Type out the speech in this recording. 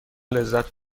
لذت